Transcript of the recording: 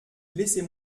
laissez